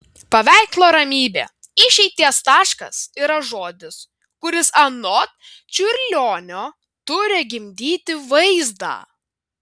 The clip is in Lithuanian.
paveikslo ramybė išeities taškas yra žodis kuris anot čiurlionio turi gimdyti vaizdą